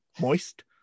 Moist